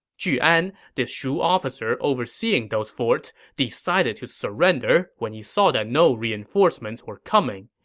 ju an, the shu officer overseeing those forts, decided to surrender when he saw that no reinforcements were coming.